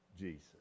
Jesus